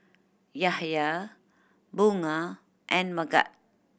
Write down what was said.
Yahaya Bunga and Megat